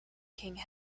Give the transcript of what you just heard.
king